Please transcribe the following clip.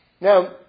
Now